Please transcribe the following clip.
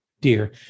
dear